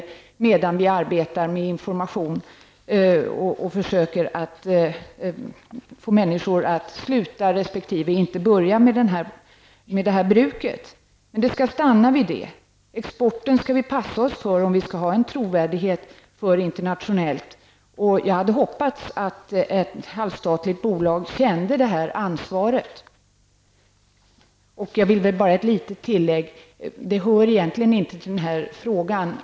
Under tiden måste vi arbeta med information och försöka att få människor att sluta resp. inte börja med detta bruk. Men det skall stanna vid det. Exporten skall vi passa oss för om vi skall ha en trovärdighet internationellt. Jag hade hoppats att ett halvstatligt bolag kände det här ansvaret. Jag vill bara göra ett litet tillägg. Det hör egentligen inte till den här frågan.